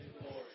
glory